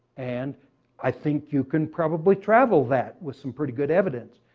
and i think you can probably travel that with some pretty good evidence,